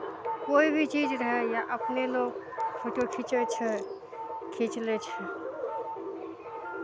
कोइ भी चीज रहै या अपने लोग फोटो खीचै छै खीच लै छै